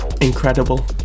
Incredible